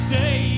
day